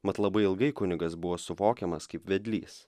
mat labai ilgai kunigas buvo suvokiamas kaip vedlys